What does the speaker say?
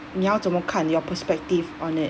你要怎么看 your perspective on it